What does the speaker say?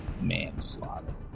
manslaughter